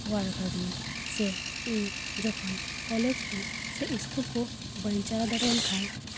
ᱚᱣᱟᱨ ᱠᱟᱣᱫᱤᱧᱟ ᱥᱮ ᱤᱧ ᱡᱚᱠᱷᱚᱱ ᱠᱚᱞᱮᱡᱽ ᱠᱚ ᱥᱮ ᱤᱥᱠᱩᱞ ᱠᱚ ᱵᱟᱹᱧ ᱪᱟᱞᱟᱣ ᱫᱟᱲᱮᱭᱟᱜ ᱠᱷᱟᱱ